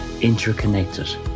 interconnected